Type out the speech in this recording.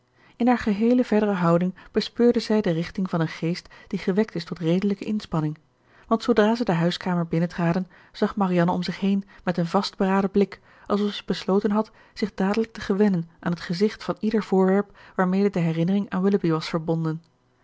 in haar geheele verdere houding bespeurde zij de richting van een geest die gewekt is tot redelijke inspanning want zoodra zij de huiskamer binnentraden zag marianne om zich heen met een vastberaden blik alsof zij besloten had zich dadelijk te gewennen aan het gezicht van ieder voorwerp waarmede de herinnering aan willoughby was verbonden